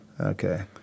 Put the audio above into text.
Okay